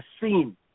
seen